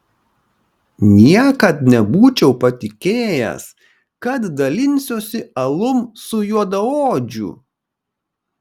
niekad nebūčiau patikėjęs kad dalinsiuosi alum su juodaodžiu